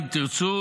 אם תרצו,